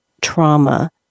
trauma